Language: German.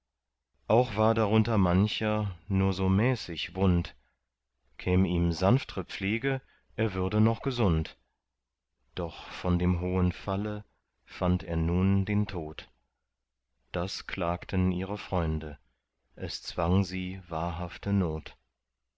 auch war darunter mancher nur so mäßig wund käm ihm sanftre pflege er würde noch gesund doch von dem hohen falle fand er nun den tod das klagten ihre freunde es zwang sie wahrhafte not